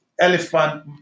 Elephant